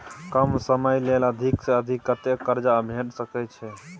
कम समय ले अधिक से अधिक कत्ते कर्जा भेट सकै छै?